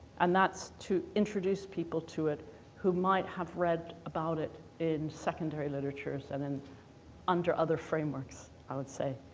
and that's to introduce people to it who might have read about it in secondary literatures and then under other frameworks, i would say,